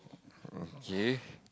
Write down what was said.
okay